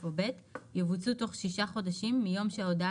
(א) או (ב) יבוצעו תוך שישה חודשים מיום שההודעה